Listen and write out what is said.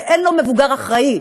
ואין לו מבוגר אחראי,